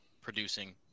producing